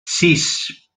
sis